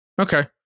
Okay